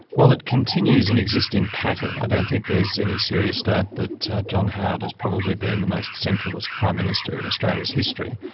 well it continues an existing pattern. i don't think there's any serious doubt that john howard has probably been the most centralist prime minister in australia's history.